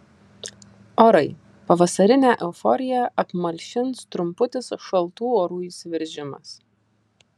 orai pavasarinę euforiją apmalšins trumputis šaltų orų įsiveržimas